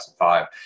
2005